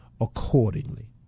accordingly